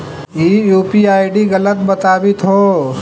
ई UPI ID गलत बताबीत हो